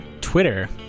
Twitter